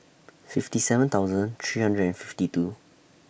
fifty seven thousand three hundred and fifty two